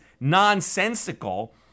nonsensical